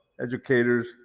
educators